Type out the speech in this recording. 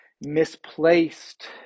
misplaced